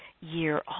year